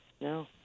No